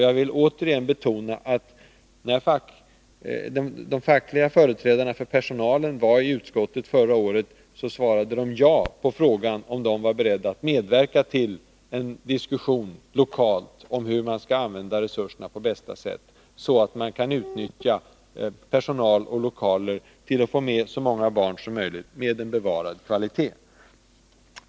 Jag vill återigen betona att när de fackliga företrädarna för personalen var i utskottet förra året, svarade de ja på frågan om de var beredda att medverka till en diskussion lokalt om hur man skall använda resurserna på bästa sätt, hur man skall utnyttja personal och lokaler så att man får med så många barn som möjligt med bevarad kvalitet.